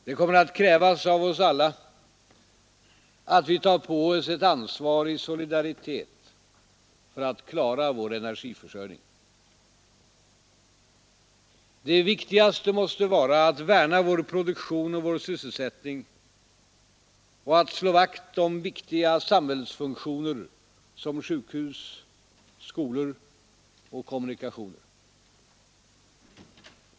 Det kommer att krävas av oss alla att vi tar på oss ett ansvar i solidaritet för att klara vår energiförsörjning. Det viktigaste måste vara att värna vår produktion och vår sysselsättning och att slå vakt om viktiga samhällsfunktioner som sjukhus, skolor och kommunikationer.